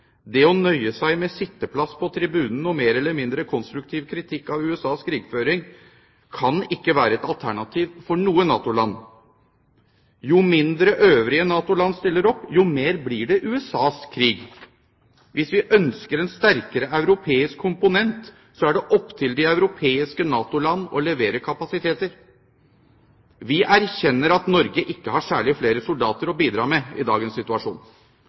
Det å nøye seg med sitteplass på tribunen og komme med mer eller mindre konstruktiv kritikk av USAs krigføring kan ikke være et alternativ for noe NATO-land. Jo mindre øvrige NATO-land stiller opp, jo mer blir det USAs krig. Hvis vi ønsker en sterkere europeisk komponent, er det opp til de europeiske NATO-land å levere kapasiteter. Vi erkjenner at Norge ikke har særlig flere soldater å bidra med i dagens situasjon.